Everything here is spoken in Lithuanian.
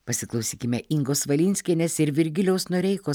pasiklausykime ingos valinskienės ir virgilijaus noreikos